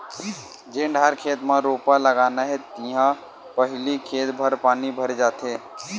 जेन डहर खेत म रोपा लगाना हे तिहा पहिली खेत भर पानी भरे जाथे